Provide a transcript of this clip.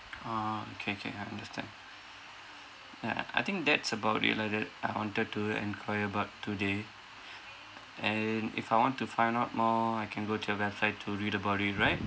orh okay okay I understand ya I think that's about it lah that I wanted to enquire about today and if I want to find out more I can go to your website to read about it right